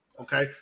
Okay